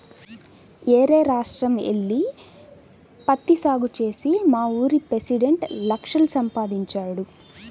యేరే రాష్ట్రం యెల్లి పత్తి సాగు చేసి మావూరి పెసిడెంట్ లక్షలు సంపాదించాడు